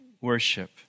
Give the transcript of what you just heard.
worship